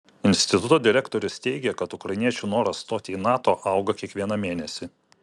instituto direktorius teigia kad ukrainiečių noras stoti į nato auga kiekvieną mėnesį